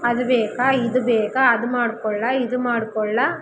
ಅದು ಬೇಕಾ ಇದು ಬೇಕಾ ಅದು ಮಾಡಿಕೊಡ್ಲಾ ಇದು ಮಾಡಿಕೊಡ್ಲಾ